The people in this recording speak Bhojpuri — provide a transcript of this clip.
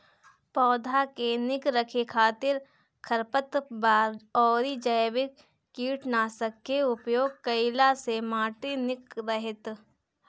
पौधा के निक रखे खातिर खरपतवार अउरी जैविक कीटनाशक के उपयोग कईला से माटी निक रहत ह